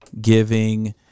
giving